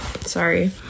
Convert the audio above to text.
sorry